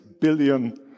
billion